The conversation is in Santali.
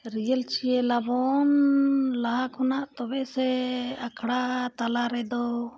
ᱨᱤᱦᱟᱨᱥᱮᱞ ᱟᱵᱚᱱ ᱞᱟᱦᱟ ᱠᱷᱚᱱᱟᱜ ᱛᱚᱵᱮ ᱥᱮ ᱟᱠᱷᱲᱟ ᱛᱟᱞᱟ ᱨᱮᱫᱚ